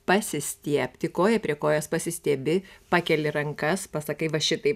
pasistiebti koją prie kojos pasistiebi pakeli rankas pasakai va šitaip